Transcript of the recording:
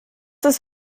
ist